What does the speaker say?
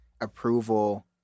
approval